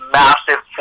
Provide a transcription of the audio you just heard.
massive